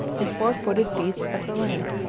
and four-footed beasts of the land.